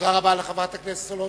לחברת הכנסת סולודקין.